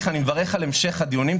אני מברך על המשך הדיונים.